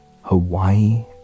Hawaii